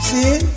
See